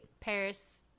Paris